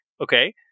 Okay